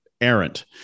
errant